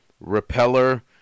Repeller